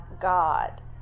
God